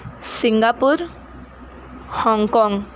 Singapore Hong Kong